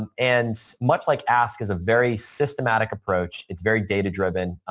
and and much like ask is a very systematic approach. it's very data driven.